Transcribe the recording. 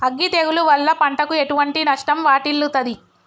అగ్గి తెగులు వల్ల పంటకు ఎటువంటి నష్టం వాటిల్లుతది?